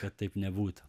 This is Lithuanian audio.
kad taip nebūtų